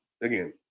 again